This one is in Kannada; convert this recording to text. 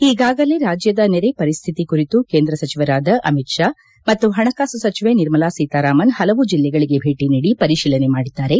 ಈಗಾಗಲೇ ರಾಜ್ಯದ ನೆರೆ ಪರಿಸ್ಥಿತಿ ಕುರಿತು ಕೇಂದ್ರ ಸಚಿವರಾದ ಅಮಿತ್ ಶಾ ಮತ್ತು ಹಣಕಾಸು ಸಚಿವೆ ನಿರ್ಮಲಾ ಸೀತಾರಾಮನ್ ಹಲವು ಜಿಲ್ಲೆಗಳಿಗೆ ಭೇಟಿ ನೀದಿ ಪರಿಶೀಲನೆ ಮಾದಿದ್ದಾರೆ